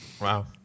Wow